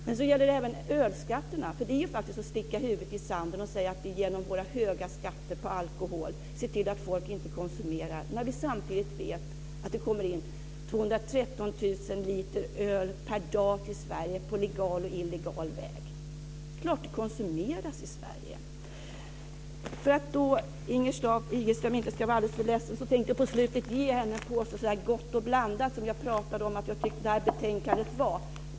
När det gäller ölskatterna är det faktiskt att sticka huvudet i sanden att säga att vi genom våra höga skatter på alkohol ser till att folk inte konsumerar. Samtidigt vet vi ju att 213 000 liter öl per dag kommer in i Sverige på legal och illegal väg. Det är klart att det konsumeras i Sverige! För att Lisbeth Staaf-Igelström inte ska vara alltför ledsen tänkte jag avslutningsvis ge henne en påse Gott & Blandat, som jag tidigare sagt att jag tycker att det här betänkandet är.